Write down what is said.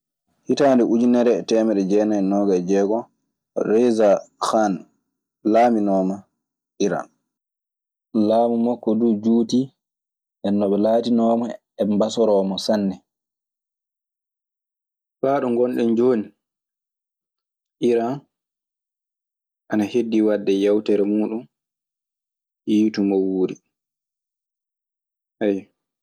Hitaane ujunere e teemeɗɗe jeenay e noogay e jeegon resa kane laamiinooma Iran. Laamu makko duu juutii. Nden non ɓe laatinooma eɓe mbasoroo mo sanne. Faa ɗo ngonɗen jooni, Iran ana heddi wadde yawtere muuɗun yiitumawuuri. Ayyo.